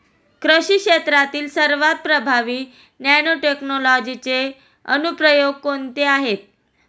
कृषी क्षेत्रातील सर्वात प्रभावी नॅनोटेक्नॉलॉजीचे अनुप्रयोग कोणते आहेत?